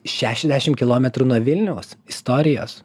šešiasdešim kilometrų nuo vilniaus istorijos